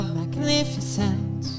magnificent